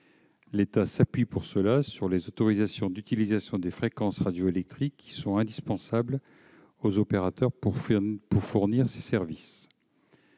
L'État s'appuie pour cela sur les autorisations d'utilisation des fréquences radioélectriques qui sont indispensables aux opérateurs pour fournir ces services.